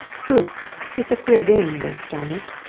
whew it's a queer game, this, starmidge.